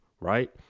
right